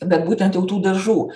bet būtent jau tų dažų